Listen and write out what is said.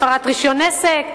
הפרת רשיון עסק,